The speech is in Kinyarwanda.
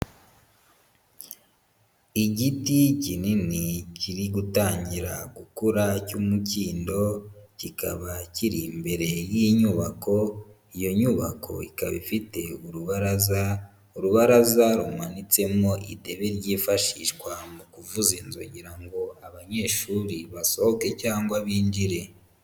Igiti kinini kiri gutangira gukura cy'umukindo, kikaba kiri imbere y'inyubako, iyo nyubako ikaba ifite urubaraza, urubaraza rumanitsemo idebe ryifashishwa mu kuvuza inzogera kugira ngo abanyeshuri basohoke cyangwa binjire.